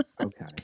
okay